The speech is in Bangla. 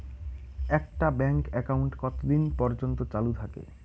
একটা ব্যাংক একাউন্ট কতদিন পর্যন্ত চালু থাকে?